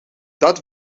dat